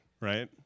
right